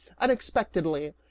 Unexpectedly